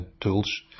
tools